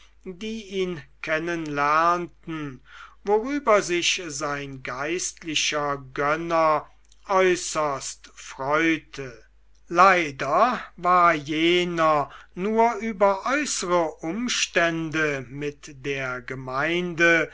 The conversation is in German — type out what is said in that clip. die ihn kennen lernten worüber sich sein geistlicher gönner äußerst freute leider war jener nur über äußere umstände mit der gemeinde